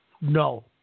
No